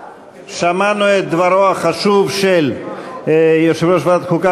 שמענו את דברו החשוב של יושב-ראש ועדת החוקה,